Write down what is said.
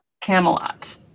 Camelot